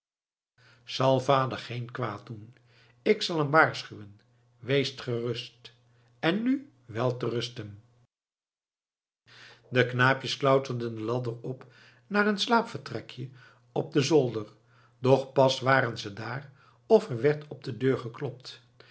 zal vader geen kwaad doen ik zal hem waarschuwen weest gerust en nu wel te rusten de knaapjes klauterden de ladder op naar hun slaapvertrekje op den zolder doch pas waren ze daar of er werd op de deur geklopt